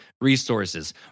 resources